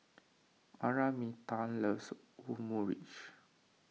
Araminta loves Omurice